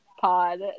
pod